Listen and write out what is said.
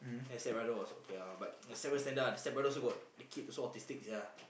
then the stepbrother was okay lor but the stepbrother standard lah the stepbrother also got a kid also autistic sia